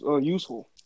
useful